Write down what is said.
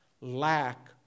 lack